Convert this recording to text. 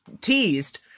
teased